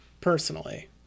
personally